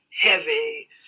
heavy